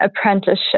apprenticeship